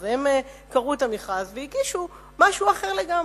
אז הם קראו את המכרז והגישו משהו אחר לגמרי.